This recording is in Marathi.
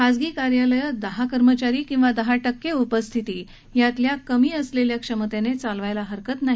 खाजगी कार्यालयं दहा कर्मचारी किंवा दहा क्के उपस्थिती यातल्या कमी असलेल्या क्षमतेने चालवायला हरकत नाही